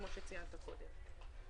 כפי שציינת קודם.